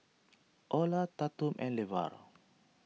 Orla Tatum and Levar